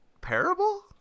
parable